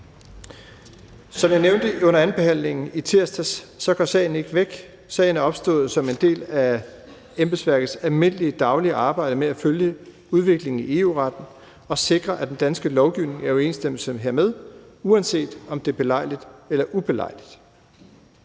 Som jeg nævnte under andenbehandlingen i tirsdags, går sagen ikke væk. Sagen er opstået som en del af embedsværkets almindelige daglige arbejde med at følge udviklingen i EU-retten og sikre, at den danske lovgivning er i overensstemmelse hermed, uanset om det er belejligt eller ubelejligt.